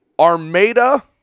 Armada